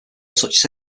such